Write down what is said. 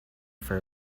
for